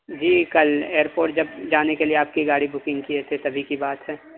جی کل ایئرپورٹ جب جانے کے لیے آپ کی گاڑی بکنگ کئے تھے تبھی کی بات ہے